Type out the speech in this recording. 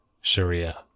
Sharia